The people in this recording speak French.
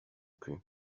cul